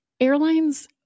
airlines